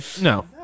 No